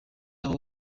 aho